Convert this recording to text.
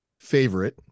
favorite